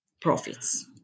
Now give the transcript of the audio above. profits